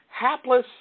hapless